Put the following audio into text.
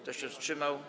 Kto się wstrzymał?